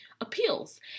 appeals